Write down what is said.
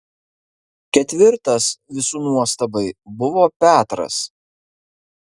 ketvirtas visų nuostabai buvo petras